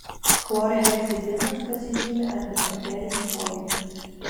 chlorheksidinas pasižymi antibakteriniu poveikiu